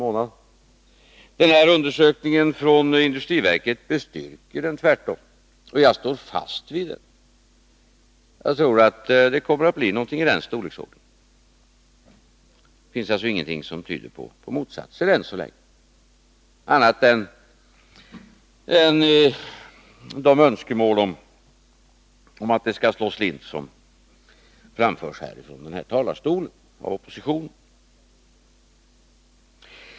Industriverkets undersökning bestyrker tvärtom vår prognos. Och jag står fast vid den. Jag tror att det kommer att bli någonting i den storleksordningen. Ingenting tyder ännu så länge på motsatsen, annat än de önskemål om att det skall slå slint som framförs här av oppositionen.